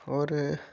होर